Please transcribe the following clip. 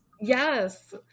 Yes